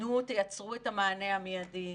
תנו, תייצרו את המענה המיידי.